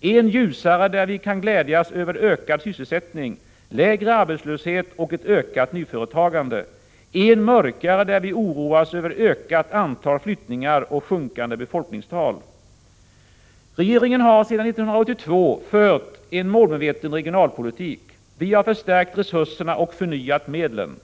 en ljusare där vi kan glädjas över ökad sysselsättning, lägre arbetslöshet och ett ökat nyföretagande, en mörkare där vi oroas över ett ökat antal flyttningar och sjunkande befolkningstal. Regeringen har sedan 1982 fört en målmedveten regionalpolitik. Vi har förstärkt resurserna och förnyat medlen.